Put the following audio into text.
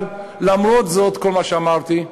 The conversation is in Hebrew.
אבל למרות כל מה שאמרתי,